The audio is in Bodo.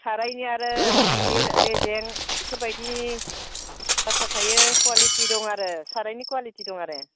सारायनि आरो गिलिर रेजें बेफोरबायदिनि बाथ्रा थायो क्वालिटि दं आरो सारायनि क्वालिटि दं आरो